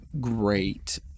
great